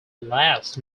last